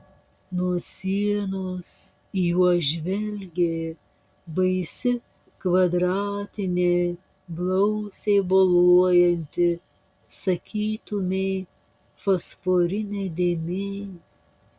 nuo sienos į juos žvelgė baisi kvadratinė blausiai boluojanti sakytumei fosforinė dėmė